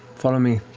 follow me.